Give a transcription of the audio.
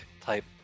type